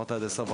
אמרת עד 10:15?